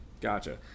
Gotcha